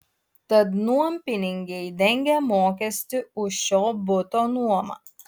tad nuompinigiai dengia mokestį už šio buto nuomą